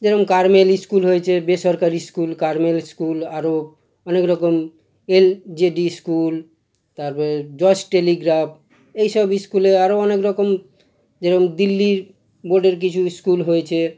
যেরকম Carmel school হয়েছে বেসরকারি স্কুল কার্মেল ইস্কুল আরও অনেকরকম এলজেডি ইস্কুল তারপর জর্জ টেলিগ্রাফ এইসব ইস্কুলে আরও অনেকরকম যেরকম দিল্লির বোর্ডের কিছু ইস্কুল হয়েছে